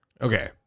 Okay